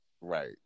Right